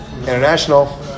International